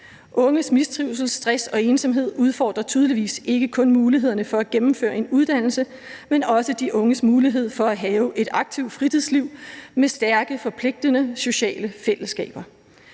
Unges mistrivsel, stress og ensomhed udfordrer tydeligvis ikke kun mulighederne for at gennemføre en uddannelse, men også de unges mulighed for at have et aktivt fritidsliv med stærke forpligtende sociale fællesskaber.